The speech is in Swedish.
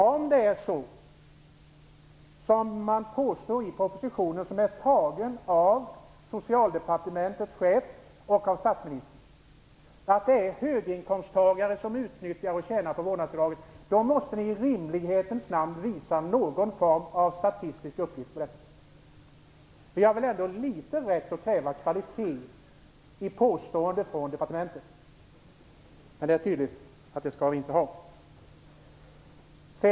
Om det är så som påstås i propositionen - som är tagen av Socialdepartementets chef och statsministern - att det är höginkomsttagare som utnyttjar och tjänar på vårdnadsbidraget måste ni i rimlighetens namn visa någon form av statistisk uppgift på detta. Vi har väl ändå någon rätt att kräva kvalitet i påståenden från departementen? Men det är tydligt att vi inte skall ha det.